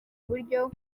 buryo